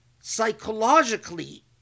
Psychologically